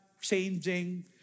Changing